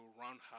roundhouse